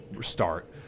start